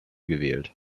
gewählt